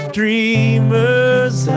dreamers